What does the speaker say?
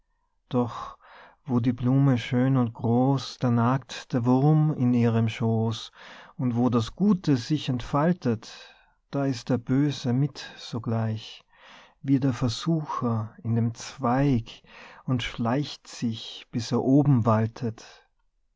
doch wo die blume schön und groß da nagt der wurm in ihrem schooß und wo das gute sich entfaltet da ist der böse mit sogleich wie der versucher in dem zweig und schleicht sich bis er oben waltet